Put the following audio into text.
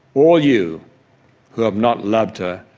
all you who have not loved her,